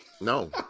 no